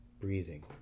Breathing